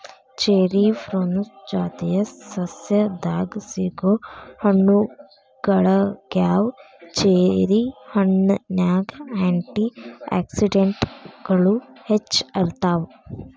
cherry Prunus ಜಾತಿಯ ಸಸ್ಯದಾಗ ಸಿಗೋ ಹಣ್ಣುಗಳಗ್ಯಾವ, ಚೆರಿ ಹಣ್ಣಿನ್ಯಾಗ ಆ್ಯಂಟಿ ಆಕ್ಸಿಡೆಂಟ್ಗಳು ಹೆಚ್ಚ ಇರ್ತಾವ